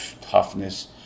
toughness